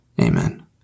Amen